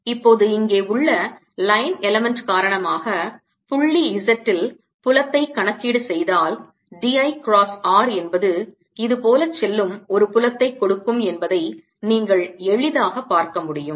இப்போது இங்கே உள்ள line element காரணமாக புள்ளி zல் புலத்தை கணக்கீடு செய்தால் d I cross r என்பது இது போல செல்லும் ஒரு புலத்தை கொடுக்கும் என்பதை நீங்கள் எளிதாகபார்க்க முடியும்